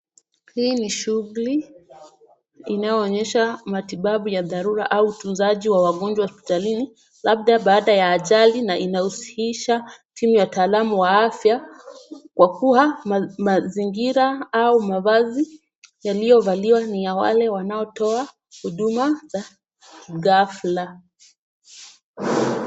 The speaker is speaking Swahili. Hii ni shughuli inayoonyesha matibabu ya dharura au utunzaji wa wagonjwa hospitalini, labda baada ya ajali na inahusisha timu ya wataalamu wa afya, kwa kuwa mazingira au mavazi yaliyovaliwa ni ya wale wanaotoa huduma za ghafla.